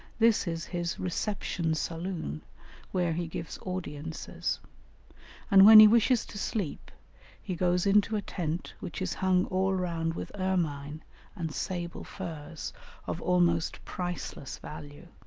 this is his reception-saloon where he gives audiences and when he wishes to sleep he goes into a tent which is hung all round with ermine and sable furs of almost priceless value.